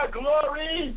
glory